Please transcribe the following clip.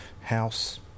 House